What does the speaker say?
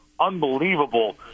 unbelievable